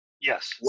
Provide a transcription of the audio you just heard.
Yes